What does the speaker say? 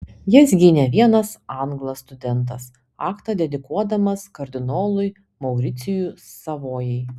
jas gynė vienas anglas studentas aktą dedikuodamas kardinolui mauricijui savojai